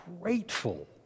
grateful